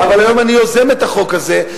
אבל היום אני יוזם את החוק הזה,